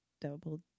Double